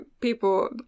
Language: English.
people